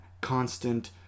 constant